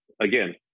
again